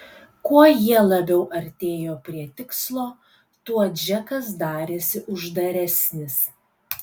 kuo jie labiau artėjo prie tikslo tuo džekas darėsi uždaresnis